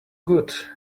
good